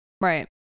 Right